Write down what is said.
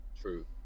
True